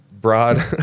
broad